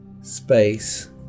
space